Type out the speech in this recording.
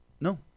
No